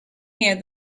here